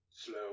Slow